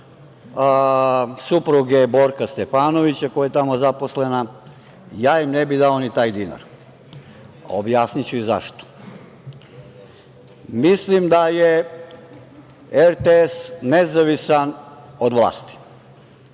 supruge Borka Stefanovića koja je tamo zaposlena, ja im ne bih dao ni taj dinar. Objasniću i zašto. Mislim da je RTS nezavisan od vlasti,